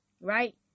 Right